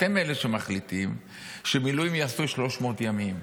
אתם אלה שמחליטים שמילואים יעשו 300 ימים,